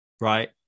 right